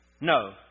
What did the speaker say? No